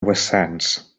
vessants